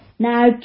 Now